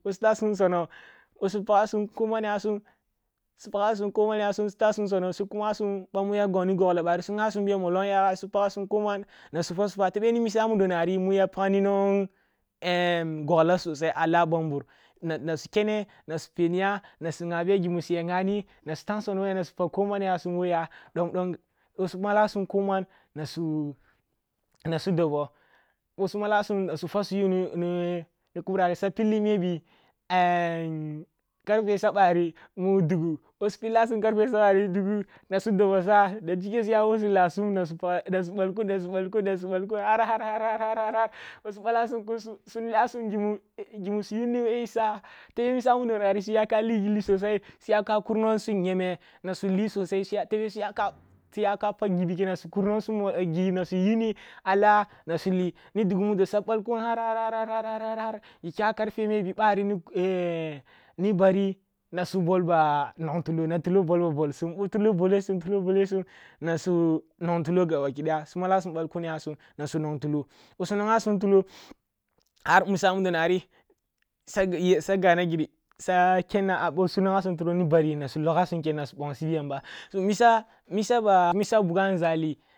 Bo sutah sum nsono, bos u paga sum ko an yasum su paga sum ko man ya sum, su tah sum nsono, su kumasum ъmu ya gogni goggla barri su ghasum biya mollong yaga- su pagasum koman nasu fa su fwa, tebe ni isa mudori ya pag nwong goggla sosai a bambur na n su kene nasu peni ya, na su gha biya gimu suya ghani, na su tahnsono, na su pag koman yasum wo yoh domdom ъo su malasum koman nasu nasu dobo, ъo su alasum nasu fwa su yunni ni kubrah ri swa pillini maybe karfe sabbari mu dugu nis u pillasum karfe sabari mu dugu na dobo sa dachike suya wo su lahs um na su paga, na su balkun, nasu ъalkun na su balkun har-har-har,-har bo su balasum kun su, su leasum gimu su yuni wo yi sa tebe misa udo nari, suyaka ligilli sosai suyaka kur nwon su niyeme na su lisosai, tebe suya ka kur gi bike, na su kur wo su gi bike na su yunni alah na su lee, ni dugu mudo swa balkun har, har, har, har gi kya karfe maybe barri ni bari nasu bolba nwongtulo na tulo bol ba’bolsum, ъo tulo bolesum, tulo bolesum nasu nwong tulo gaba ki daya su malasum balkun yasum, na su nwong tulo sus u nwonghasum tulo har issamudo na ri sag ana gri, sa kenna, bo su nwoghasum, na su logasum kenan nasu bongsibi yamba, so isa, issa ba bu ga nȝali